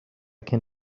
can